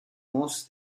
morse